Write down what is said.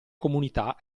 comunità